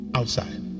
outside